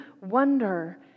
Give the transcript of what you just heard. wonder